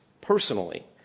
personally